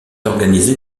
organisé